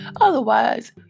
Otherwise